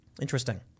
Interesting